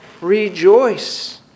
Rejoice